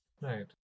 Right